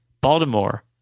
Baltimore